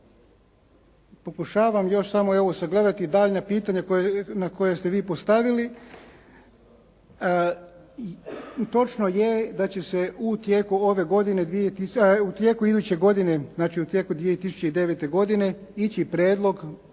Pokušavam još samo evo sagledati daljnja pitanja koja ste vi postavili. Točno je da će se u tijeku iduće godine, znači